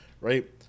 Right